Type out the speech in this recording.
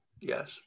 yes